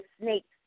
snakes